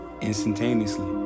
instantaneously